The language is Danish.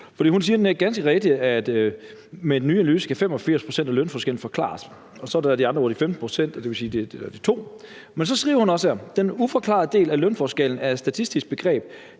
rigtigt, at med den nye analyse kan 85 pct. af lønforskellen forklares, og så er der de andre 15 pct., og det vil sige en uforklaret del på 2 procentpoint. Men hun skriver også: »Den ’uforklarede’ del af lønforskellen er et statistisk begreb.